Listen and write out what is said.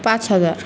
पाच हजार